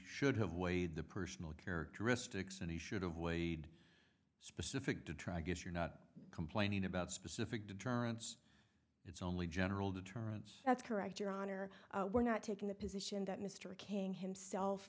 should have weighed the personal characteristics and he should have weighed specific to try guess you're not complaining about specific deterrence it's only general deterrence that's correct your honor we're not taking the position that mr king himself